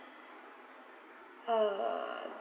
uh